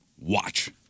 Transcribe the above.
watch